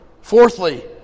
Fourthly